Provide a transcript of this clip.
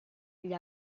gli